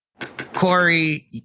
Corey